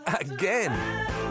Again